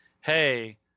hey